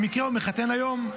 במקרה הוא מחתן היום.